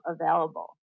available